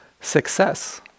success